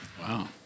Wow